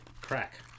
crack